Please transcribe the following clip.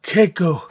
Keiko